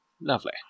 Lovely